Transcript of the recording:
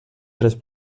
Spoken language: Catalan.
tres